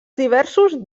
diversos